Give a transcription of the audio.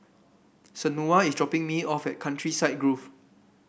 Shaunna is dropping me off at Countryside Grove